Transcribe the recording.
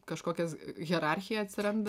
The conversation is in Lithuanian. kažkokias hierarchija atsiranda